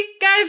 guys